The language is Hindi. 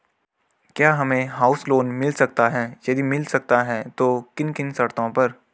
क्या हमें हाउस लोन मिल सकता है यदि मिल सकता है तो किन किन शर्तों पर?